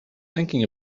thinking